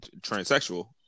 transsexual